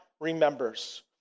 remembers